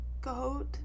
Goat